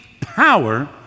power